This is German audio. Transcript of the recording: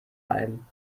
ein